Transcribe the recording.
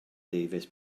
davies